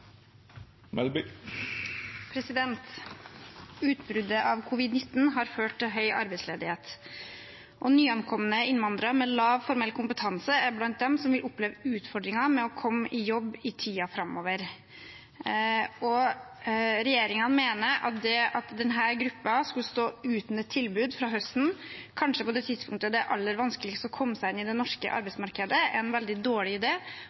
har ført til høy arbeidsledighet. Nyankomne innvandrere med lav formell kompetanse er blant dem som vil oppleve utfordringer med å komme i jobb i tiden framover. Regjeringen mener at det at denne gruppen skulle stå uten et tilbud fra høsten av, kanskje på det tidspunktet det er aller vanskeligst å komme seg inn i det norske arbeidsmarkedet, er en veldig dårlig